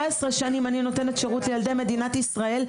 17 שנים אני נותנת שירות לילדי מדינת ישראל,